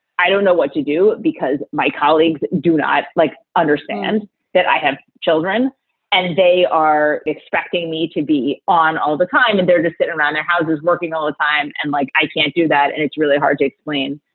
i don't know what to do because my colleagues do not, like understand that i have children and they are expecting me to be on all the time and there to sit around their houses working all the time. and like, i can't do that. and it's really hard to explain.